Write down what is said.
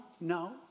no